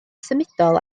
symudol